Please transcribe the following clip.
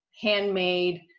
handmade